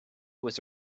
was